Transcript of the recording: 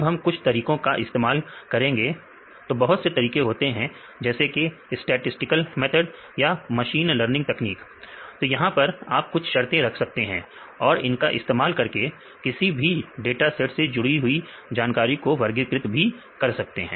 अब हम कुछ तरीकों का इस्तेमाल करेंगे तो बहुत से तरीके होते हैं जैसे कि स्टैटिसटिकल मैथर्ड या मशीन लर्निंग टेक्निक तो यहां पर आप कुछ शर्ते रख सकते हैं और इनका इस्तेमाल करके किसी भी डाटा सेट से ही हुई जानकारी को वर्गीकृत भी कर सकते हैं